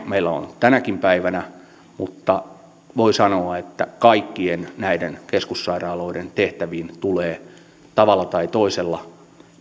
meillä on on tänäkin päivänä mutta voi sanoa että kaikkien näiden keskussairaaloiden tehtäviin tulee tavalla tai toisella